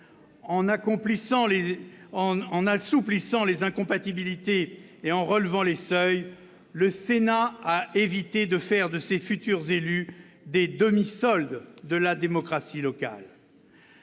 En assouplissant les incompatibilités et en relevant les seuils, le Sénat a évité de faire de ces futurs élus des « demi-soldes » de la démocratie locale.